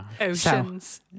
oceans